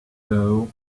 doe